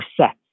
sets